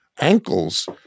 ankles